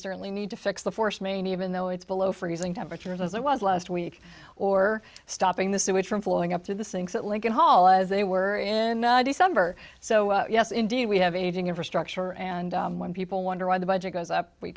certainly need to fix the force main even though it's below freezing temperatures as it was last week or stopping the sewage from flowing up to the sinks that lincoln hall as they were in december so yes indeed we have aging infrastructure and when people wonder why the budget goes up we